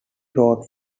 wrote